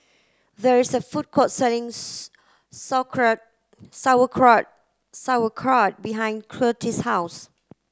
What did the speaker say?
there is a food court selling Sauerkraut Sauerkraut Sauerkraut behind Curtiss' house